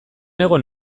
egon